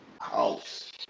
house